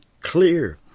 clear